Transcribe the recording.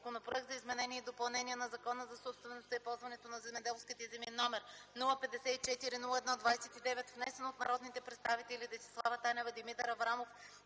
Законопроект за изменение и допълнение на Закона за собствеността и ползуването на земеделските земи, № 054-01-29, внесен от народните представители Десислава Танева, Димитър Аврамов